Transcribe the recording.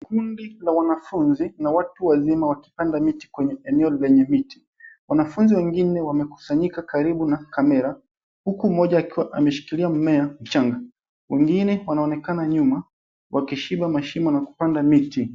Kundi la wanafunzi na watu wazima wakipanda miti kwenye eneo lenye viti wanafunzi wengine wamekusanyika karibu na kamera huku mmoja akiwa ameshikilia mmea mchanga wengine wanaonekana nyuma wakiziba mashimo na kupanda miti